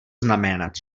znamenat